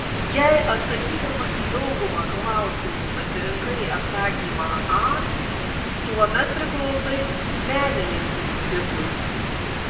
jei atsakydama į daugumą klausimų pasirinkai atsakymą a tuomet priklausai menininkių tipui